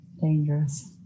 Dangerous